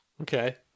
Okay